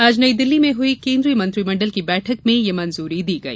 आज नई दिल्ली मे हुई कैन्द्रीय मंत्रिमंडल की बैठक में यह मंजूरी दी गई